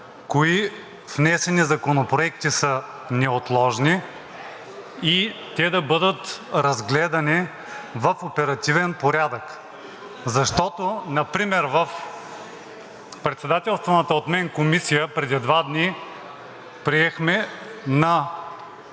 кои внесени законопроекти са неотложни и те да бъдат разгледани в оперативен порядък. Защото например в председателстваната от мен комисия преди два дни приехме на